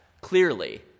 Clearly